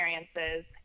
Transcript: experiences